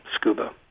scuba